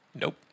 nope